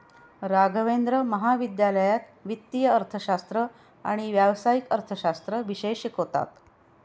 राघवेंद्र महाविद्यालयात वित्तीय अर्थशास्त्र आणि व्यावसायिक अर्थशास्त्र विषय शिकवतात